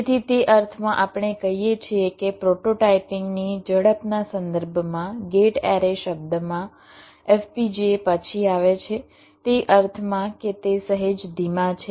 તેથી તે અર્થમાં આપણે કહીએ છીએ કે પ્રોટોટાઇપિંગ ની ઝડપના સંદર્ભમાં ગેટ એરે શબ્દમાં FPGA પછી આવે છે તે અર્થમાં કે તે સહેજ ધીમા છે